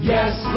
Yes